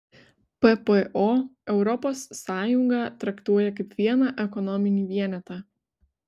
ppo europos sąjungą traktuoja kaip vieną ekonominį vienetą